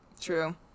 true